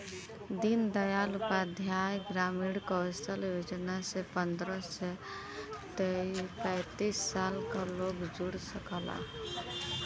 दीन दयाल उपाध्याय ग्रामीण कौशल योजना से पंद्रह से पैतींस साल क लोग जुड़ सकला